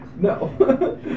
No